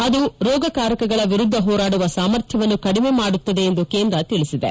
ಅದು ರೋಗಕಾರಕಗಳ ವಿರುದ್ದ ಹೋರಾಡುವ ಸಾಮರ್ಥ್ಲವನ್ನು ಕಡಿಮೆ ಮಾಡುತ್ತದೆ ಎಂದು ಕೇಂದ್ರ ತಿಳಿಸಿದೆ